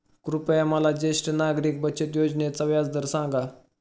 कृपया मला ज्येष्ठ नागरिक बचत योजनेचा व्याजदर सांगा